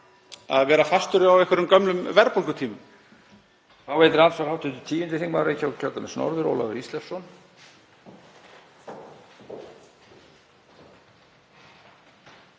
að hann sé fastur á einhverjum gömlum verðbólgutímum.